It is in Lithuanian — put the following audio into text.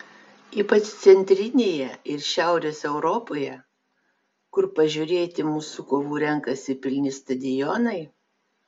ypač centrinėje ir šiaurės europoje kur pažiūrėti mūsų kovų renkasi pilni stadionai